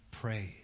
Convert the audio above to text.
Praise